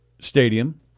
stadium